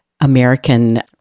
American